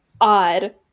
odd